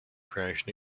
creation